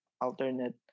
alternate